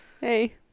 Hey